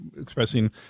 expressing